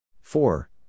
Four